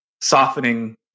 softening